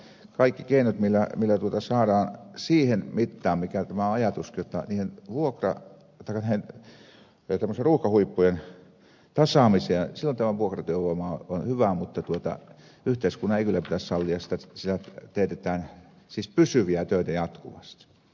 minä olen sitä mieltä että kaikki keinot millä tämä saadaan siihen mittaan mikä tämä ajatuskin on ruuhkahuippujen tasaamiseen niin silloin tämä vuokratyövoima on hyvä mutta yhteiskunnan ei pidä sallia sitä että sillä teetetään pysyviä töitä jatkuvasti